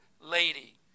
lady